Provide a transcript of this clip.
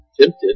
tempted